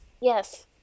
Yes